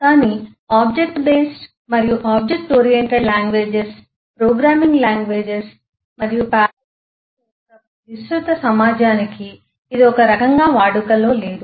కానీ object based మరియు object oriented languages programming languages మరియు పారాడిగ్మ్స్ యొక్క విస్తృత సమాజానికి ఇది ఒక రకంగా వాడుకలో లేదు